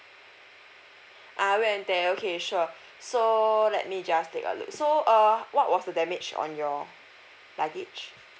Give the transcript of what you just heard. ah wear and tear sure so let me just take a look so uh what was the damage on your luggage